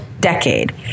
decade